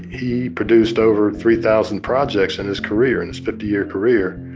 he produced over three thousand projects in his career, in his fifty year career.